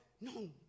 No